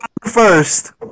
First